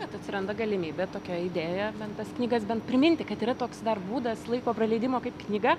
bet atsiranda galimybė tokia idėja bent tas knygas bent priminti kad yra toks dar būdas laiko praleidimo kaip knyga